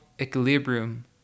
equilibrium